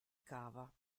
cava